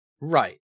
Right